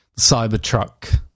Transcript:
Cybertruck